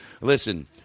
Listen